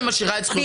לכן,